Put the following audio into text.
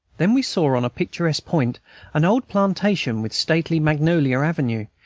then we saw on a picturesque point an old plantation, with stately magnolia avenue,